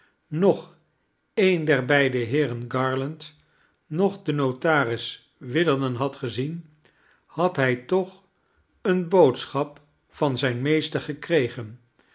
noch een der beide heeren garland noch den notaris witherden had gezien had hij toch eene boodschap van zijn meester gekregen